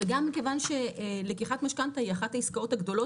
וגם מכיוון שלקיחת משכנתא היא אחת העיסקאות הגדולות